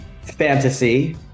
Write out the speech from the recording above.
Fantasy